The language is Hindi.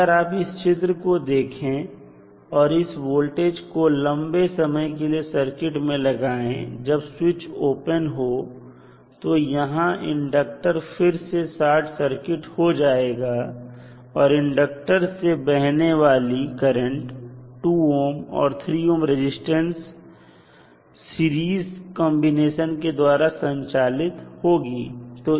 अगर आप इस चित्र को देखें और इस वोल्टेज को लंबे समय के लिए सर्किट में लगाएं जब स्विच ओपन हो तो यहां इंडक्टर फिर से शॉर्ट सर्किट हो जाएगा और इंडक्टर से बहने वाली करंट 2 ohm और 3 ohm रजिस्टेंस सीरीज कांबिनेशन के द्वारा संचालित होगी